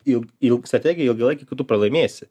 jau jau strategija ilgalaikė kad tu pralaimėsi